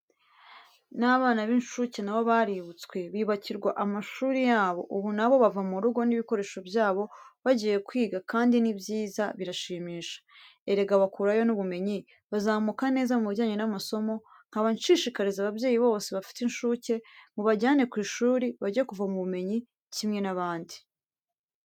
N'abana b'incuke na bo baributswe bubakirwa amashuri yabo, ubu na bo bava mu rugo n'ibikoresho byabo bagiye kwiga kandi ni byiza birashimisha. Erega bakurayo n'ubumenyi, bazamuka neza mu bijyanye n'amasomo, nkaba nshishikariza ababyeyi bose bafite incuke, mu bajyane ku ishuri bajye kuvoma ubumenyi kimwe n'abandi.